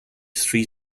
three